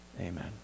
Amen